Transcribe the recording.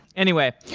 anyway,